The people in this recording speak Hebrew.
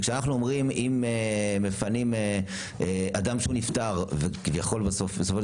אם מפנים אדם שנפטר וכביכול סופו של